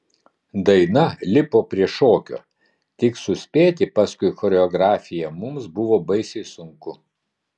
daina lipo prie šokio tik suspėti paskui choreografiją mums buvo baisiai sunku